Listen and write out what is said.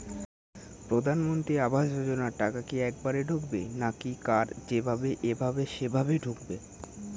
প্রধানমন্ত্রী আবাস যোজনার টাকা কি একবারে ঢুকবে নাকি কার যেভাবে এভাবে সেভাবে ঢুকবে?